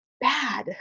bad